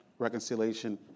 reconciliation